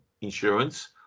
insurance